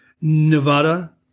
Nevada